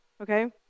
Okay